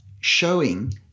showing